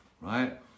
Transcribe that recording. Right